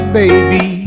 baby